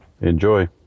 Enjoy